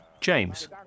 James